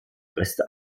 reste